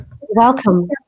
Welcome